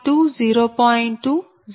2 0